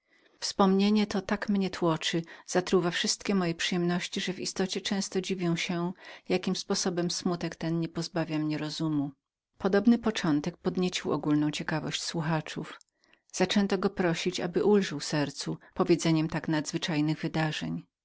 wspomnienie to tak mnie tłoczy zatruwa wszystkie moje przyjemności że w istocie często dziwię się jakim sposobem smutek ten nie pozbawia mnie rozumu podobny początek podniecił ogólną ciekawość słuchaczów zaczęto go prosić aby ulżył sercu opowiedzeniem tak nadzwyczajnych zdarzeń